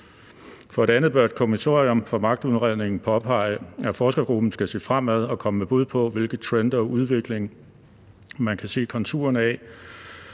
For det andet bør et kommissorium for magtudredningen påpege, at forskergruppen skal se fremad og komme med bud på, hvilke trends og udviklinger man kan se konturerne af,